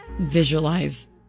visualize